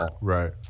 right